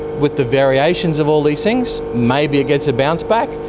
with the variations of all these things, maybe it gets a bounce back,